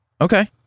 Okay